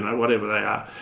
whatever they are.